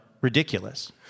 ridiculous